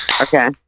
Okay